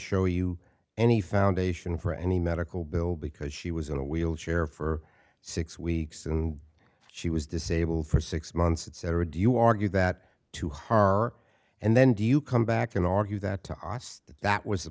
show you any foundation for any medical bill because she was in a wheelchair for six weeks and she was disabled for six months etc do you argue that to her and then do you come back and argue that that was a